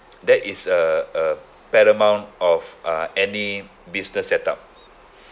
there is a a paramount of uh any business set-up